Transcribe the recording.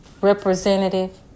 representative